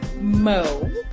Mo